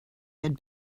had